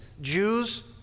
Jews